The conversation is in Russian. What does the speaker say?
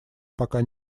пока